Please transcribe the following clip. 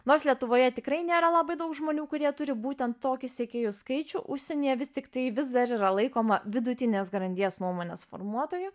nors lietuvoje tikrai nėra labai daug žmonių kurie turi būtent tokį sekėjų skaičių užsienyje vis tiktai vis dar yra laikoma vidutinės grandies nuomonės formuotoju